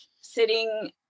sitting